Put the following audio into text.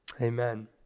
amen